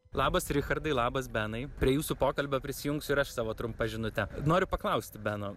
labas richardai labas benai prie jūsų pokalbio prisijungsiu ir aš savo trumpa žinute noriu paklausti beno